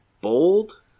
Bold